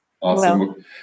Awesome